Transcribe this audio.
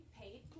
paid